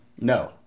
No